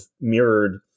mirrored